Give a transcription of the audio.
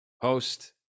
host